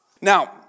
Now